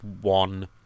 one